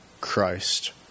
Christ